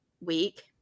week